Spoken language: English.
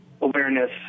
awareness